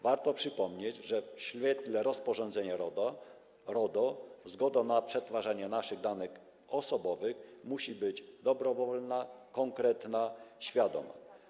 Warto przypomnieć, że w świetle rozporządzenia RODO zgoda na przetwarzanie naszych danych osobowych musi być dobrowolna, konkretna, świadoma.